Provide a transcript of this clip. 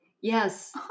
yes